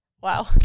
wow